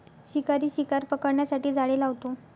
शिकारी शिकार पकडण्यासाठी जाळे लावतो